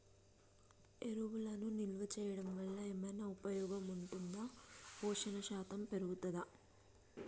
ఎరువులను నిల్వ చేయడం వల్ల ఏమైనా ఉపయోగం ఉంటుందా పోషణ శాతం పెరుగుతదా?